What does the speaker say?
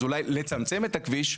אז אולי לצמצם את הכביש,